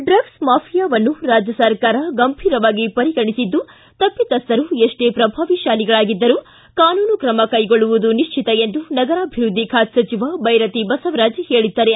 drugs ಮಾಫಿಯಾವನ್ನು ರಾಜ್ಯ ಸರ್ಕಾರ ಗಂಭೀರವಾಗಿ ಪರಿಗಣಿಸಿದ್ದು ತಪ್ಪಿತಸ್ವರು ಎಷ್ಷೇ ಪ್ರಭಾವಶಾಲಿಗಳಾಗಿದ್ದರೂ ಕಾನೂನು ಕ್ರಮ ಕೈಗೊಳ್ಳುವುದು ನಿಶ್ಚಿತ ಎಂದು ನಗರಾಭಿವೃದ್ಲಿ ಖಾತೆ ಸಚಿವ ಬೈರತಿ ಬಸವರಾಜ್ ಹೇಳಿದ್ದಾರೆ